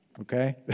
Okay